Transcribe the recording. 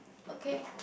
okay